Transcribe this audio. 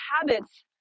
habits